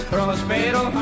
Prospero